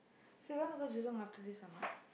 so you wanna go Jurong after this or not